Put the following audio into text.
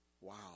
Wow